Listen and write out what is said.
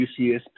UCS